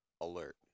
alert